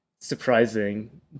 surprising